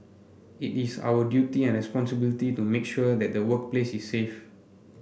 it is our duty and responsibility to make sure that the workplace is safe